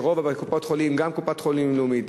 גם קופת-חולים "לאומית",